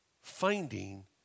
Finding